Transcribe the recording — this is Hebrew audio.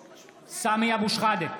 (קורא בשמות חברי הכנסת) סמי אבו שחאדה,